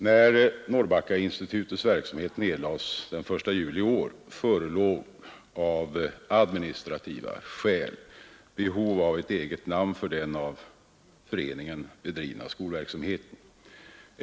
När Norrbackainstitutets verksamhet nedlades den första juli i år, förelåg av administrativa skäl behov av ett eget namn för den av föreningen bedrivna skolverksamheten.